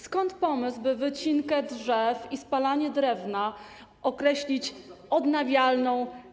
Skąd pomysł, by wycinkę drzew i spalanie drewna określić energią odnawialną?